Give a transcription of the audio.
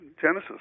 Genesis